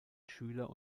schüler